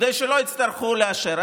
כדי שלא יצטרכו לאשר.